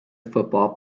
football